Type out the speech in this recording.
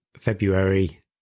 February